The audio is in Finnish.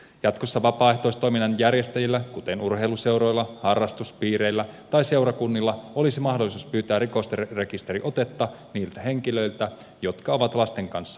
jatkossa vapaaehtoistoiminnan järjestäjillä kuten urheiluseuroilla harrastuspiireillä tai seurakunnilla olisi mahdollisuus pyytää rikosrekisteriotetta niiltä henkilöiltä jotka ovat lasten kanssa tekemisissä